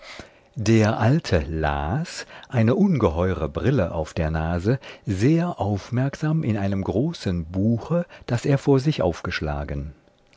der alte las eine ungeheure brille auf der nase sehr aufmerksam in einem großen buche das er vor sich aufgeschlagen